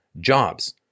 jobs